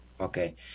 Okay